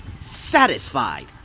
satisfied